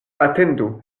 atendu